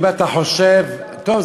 אם אתה חושב, טוב,